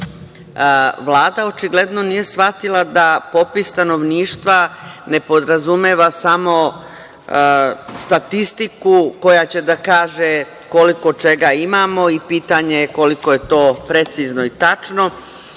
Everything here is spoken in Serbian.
Vlada očigledno nije shvatila da popis stanovništva ne podrazumeva samo statistiku koja će da kaže koliko čega imamo i pitanje koliko je to precizno i tačno. Ono